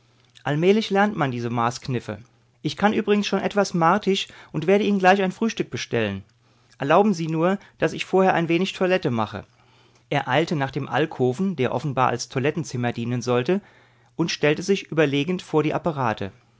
allmählich lernt man diese marskniffe ich kann übrigens schon etwas martisch und werde ihnen gleich ein frühstück bestellen erlauben sie nur daß ich vorher ein wenig toilette mache er eilte nach dem alkoven der offenbar als toilettenzimmer dienen sollte und stellte sich überlegend vor die apparate